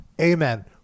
Amen